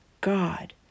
God